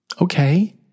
Okay